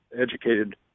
educated